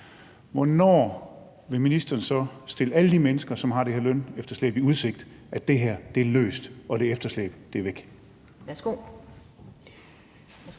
hvornår vil ministeren så stille alle de mennesker, som har det her lønefterslæb, i udsigt, at det er løst, og at det efterslæb er væk?